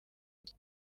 biti